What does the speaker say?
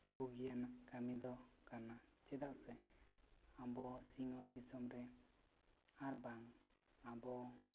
ᱵᱩᱜᱤᱭᱟᱱᱟᱜ ᱠᱟᱹᱢᱤ ᱫᱚ ᱠᱟᱱᱟ ᱪᱮᱫᱟᱜ ᱥᱮ ᱟᱵᱚ ᱥᱤᱧᱚᱛ ᱫᱤᱥᱚᱢ ᱨᱮ ᱟᱨᱵᱟᱝ ᱟᱵᱚ